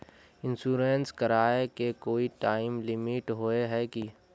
Insurance कराए के कोई टाइम लिमिट होय है की?